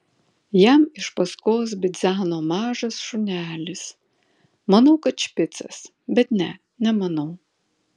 jam iš paskos bidzeno mažas šunelis manau kad špicas bet ne nemanau